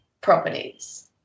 properties